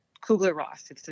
Kugler-Ross